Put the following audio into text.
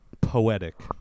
poetic